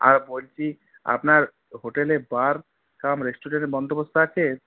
আর বলছি আপনার হোটেলে বার কাম রেস্টুরেন্টের বন্দোবস্ত আছে